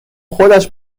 خودش